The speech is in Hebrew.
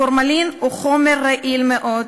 פורמלין הוא חומר רעיל מאוד,